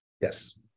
Yes